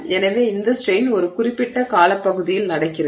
எனவே இந்த ஸ்ட்ரெய்ன் ஒரு குறிப்பிட்ட காலப்பகுதியில் நடக்கிறது